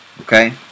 Okay